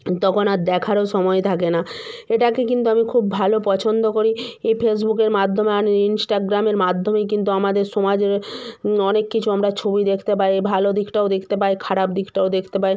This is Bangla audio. তখন আর দেখারও সময় থাকে না এটাকে কিন্তু আমি খুব ভালো পছন্দ করি এই ফেসবুকের মাধ্যমে আন ইন্সটাগ্রামের মাধ্যমে কিন্তু আমাদের সমাজের অনেক কিছু আমরা ছবি দেখতে পাই ভালো দিকটাও দেখতে পাই খারাপ দিকটাও দেখতে পাই